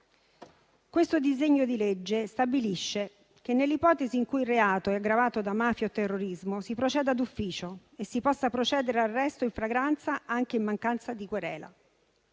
Questo disegno di legge stabilisce che nell'ipotesi in cui il reato sia aggravato da mafia o terrorismo si proceda d'ufficio e si possa procedere ad arresto in flagranza anche in mancanza di querela.